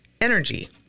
energy